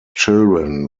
children